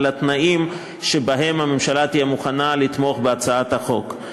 התנאים שבהם הממשלה תהיה מוכנה לתמוך בהצעת החוק.